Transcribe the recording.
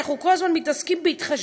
אנחנו כל הזמן מתעסקים בהתחשבנות,